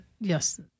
yes